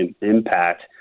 impact